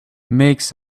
makes